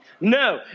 No